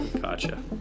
Gotcha